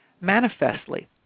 Manifestly